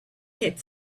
had